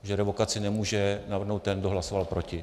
Protože revokaci nemůže navrhnout ten, kdo hlasoval proti.